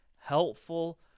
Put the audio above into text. helpful